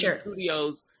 studios